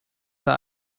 that